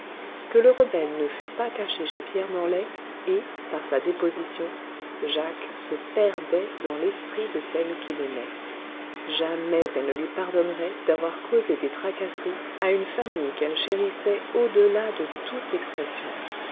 que le rebelle ne fût pas caché chez pierre morlaix et par sa déposition jacques se perdait dans l'esprit de celle qu'il aimait jamais elle ne lui pardonnerait d'avoir causé des tracasseries à une famille qu'elle chérissait au delà de toute expression